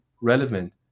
relevant